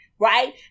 right